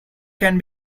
can